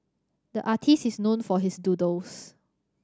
the artist is known for his doodles